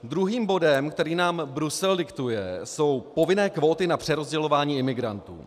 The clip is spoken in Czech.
Druhým bodem, který nám Brusel diktuje, jsou povinné kvóty na přerozdělování imigrantů.